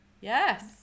Yes